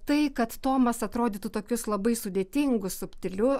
tai kad tomas atrodytų tokius labai sudėtingus subtiliu